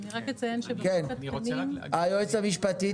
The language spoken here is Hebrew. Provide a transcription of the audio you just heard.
כן, היועצת המשפטית.